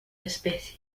especie